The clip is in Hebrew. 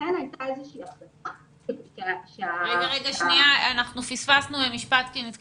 בגל הקודם, עכשיו פיקוד העורף מנהל